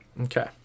Okay